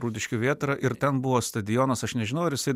rūdiškių vėtra ir ten buvo stadionas aš nežinau ar jisai